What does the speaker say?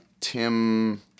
Tim